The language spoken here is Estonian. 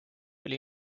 oli